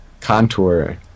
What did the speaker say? Contour